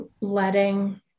letting